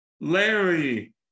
Larry